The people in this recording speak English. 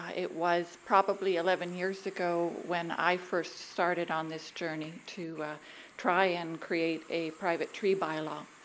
it was probably eleven years ago when i first started on this journey to try and create a private tree by law.